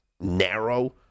narrow